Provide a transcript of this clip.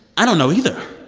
i don't know either